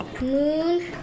Moon